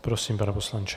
Prosím, pane poslanče.